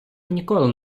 ніколи